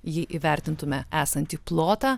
jį įvertintumėme esantį plotą